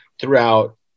throughout